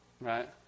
Right